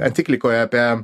enciklikoje apie